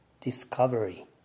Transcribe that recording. discovery